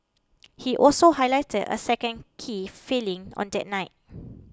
he also highlighted a second key failing on the night